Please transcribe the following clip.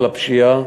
על הפשיעה,